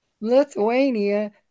Lithuania